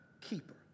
keeper